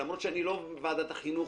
למרות שאני לא ועדת החינוך.